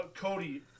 Cody